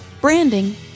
branding